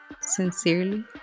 sincerely